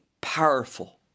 powerful